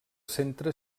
centre